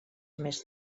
més